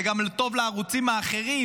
זה גם טוב לערוצים האחרים,